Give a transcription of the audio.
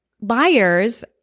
Buyers